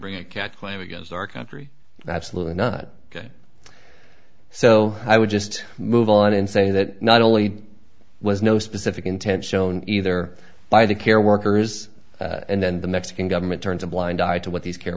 bring a cat claim against our country absolutely not so i would just move on and say that not only was no specific intent shown either by the care workers and then the mexican government turns a blind eye to what these care